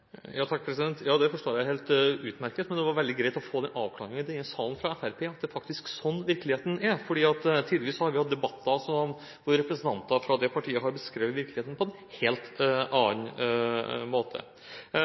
Ja, det forstår jeg helt utmerket, men det var veldig greit å få den avklaringen i denne sal fra Fremskrittspartiet – at det faktisk er sånn virkeligheten er – for tidligere har vi hatt debatter hvor representanter fra det partiet har beskrevet virkeligheten på en helt annen måte.